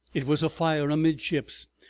it was afire amidships,